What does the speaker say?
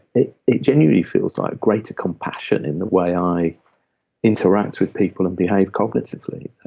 it genuinely feels like greater compassion in the way i interact with people and behave cognitively